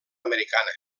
americana